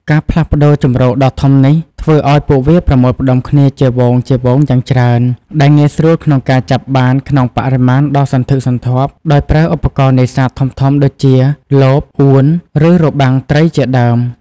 ការផ្លាស់ប្តូរជម្រកដ៏ធំនេះធ្វើឱ្យពួកវាប្រមូលផ្តុំគ្នាជាហ្វូងៗយ៉ាងច្រើន ដែលងាយស្រួលក្នុងការចាប់បានក្នុងបរិមាណដ៏សន្ធឹកសន្ធាប់ដោយប្រើឧបករណ៍នេសាទធំៗដូចជា លប អួន ឬរបាំងត្រីជាដើម។